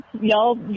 Y'all